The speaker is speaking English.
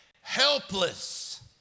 helpless